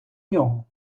нього